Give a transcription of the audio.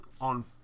On